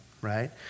right